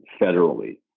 federally